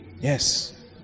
Yes